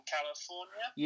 California